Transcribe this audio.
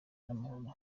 n’amahoro